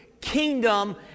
kingdom